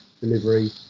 delivery